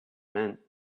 meant